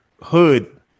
Hood